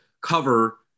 cover